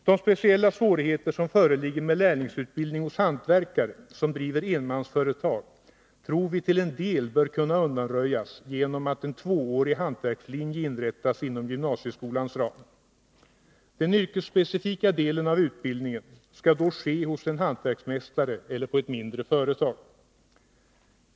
De speciella svårigheter som föreligger med lärlingsutbildning hos hantverkare, som driver enmansföretag, tror vi till en del bör kunna undanröjas genom att en tvåårig hantverkslinje inrättas inom gymnasieskolans ram. Den yrkesspecifika delen av utbildningen skall då ske hos en hantverksmästare eller på ett mindre företag.